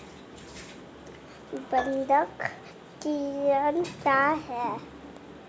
बंधक ऋण क्या है?